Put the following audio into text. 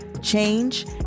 change